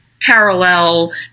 parallel